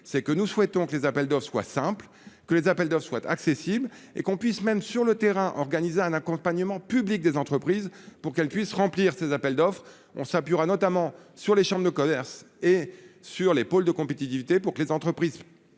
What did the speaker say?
c'est que nous souhaitons que les appels d'offres quoi simple que les appels d'offres soient accessibles et qu'on puisse même sur le terrain, organiser un accompagnement public des entreprises pour qu'elle puisse remplir ses appels d'offres, on s'appuiera notamment sur les chambres de commerce et sur les pôles de compétitivité pour que les entreprises,